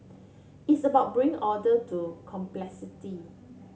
it's about bring order to complexity